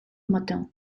matin